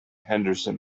henderson